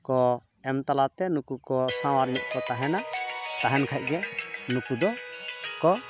ᱠᱚ ᱮᱢ ᱛᱟᱞᱟᱛᱮ ᱱᱩᱠᱩ ᱠᱚ ᱥᱟᱶ ᱟᱨ ᱢᱤᱫ ᱠᱚ ᱛᱟᱦᱮᱱᱟ ᱛᱟᱦᱮᱱ ᱠᱷᱟᱱ ᱜᱮ ᱱᱩᱠᱩ ᱫᱚ ᱠᱚ